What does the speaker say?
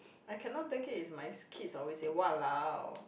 I cannot take it is my kids always say !walao!